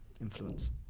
influence